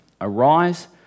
Arise